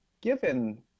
given